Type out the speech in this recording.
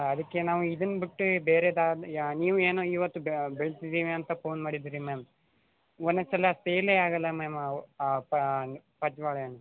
ಅದಕ್ಕೆ ನಾವು ಇದನ್ನ ಬಿಟ್ಟೆ ಬೇರೆದನ್ನ ಯ ನೀವು ಏನೋ ಇವತ್ತು ಬೆಳೆಸಿದೀನಿ ಅಂತ ಫೋನ್ ಮಾಡಿದೀರಿ ಮ್ಯಾಮ್ ಒಂದೊಂದ್ ಸಲ ಸೇಲೇ ಆಗೋಲ್ಲ ಮ್ಯಾಮ್ ಪಚ್ಚ ಬಾಳೆಹಣ್ಣು